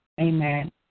Amen